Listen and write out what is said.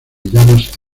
llamas